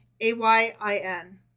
A-Y-I-N